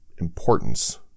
importance